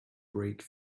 brake